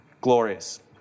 Glorious